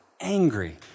angry